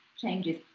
changes